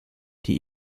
die